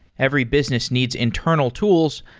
every business needs internal tools,